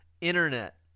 internet